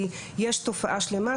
כי יש תופעה שלמה,